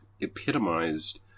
epitomized